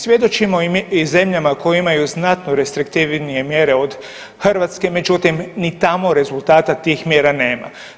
Svjedočimo i zemljama koje imaju znatno restriktivnije mjere od Hrvatske, međutim ni tamo rezultata tih mjera nema.